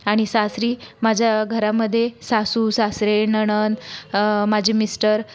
आणि सासरी माझ्या घरामध्ये सासू सासरे नणंद माझे मिस्टर